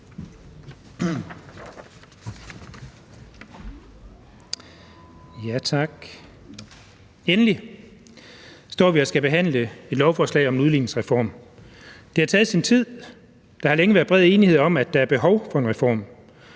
Endelig står vi og skal vi behandle et lovforslag om en udligningsreform. Det har taget sin tid, der har længe været bred enighed om, at der er behov for en reform.